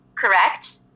correct